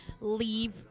leave